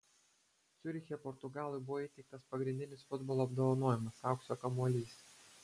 ciuriche portugalui buvo įteiktas pagrindinis futbolo apdovanojimas aukso kamuolys